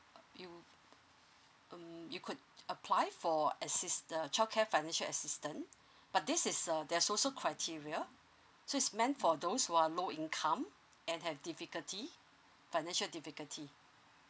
you mm you could apply for assistant a childcare financial assistance but this is a there's also criteria so is meant for those who are low income and have difficulty financial difficulty